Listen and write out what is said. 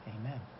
amen